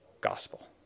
Gospel